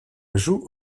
joue